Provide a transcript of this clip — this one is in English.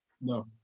No